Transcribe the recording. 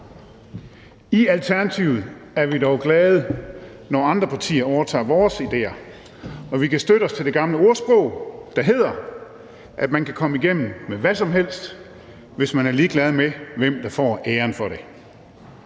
I Alternativet er vi dog glade, når andre partier overtager vores idéer, og vi kan støtte os til det gamle ordsprog om, at man kan komme igennem med hvad som helst, hvis man er ligeglad med, hvem der får æren for det.